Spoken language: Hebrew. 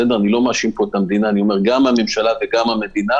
אני אומר שגם הממשלה וגם המדינה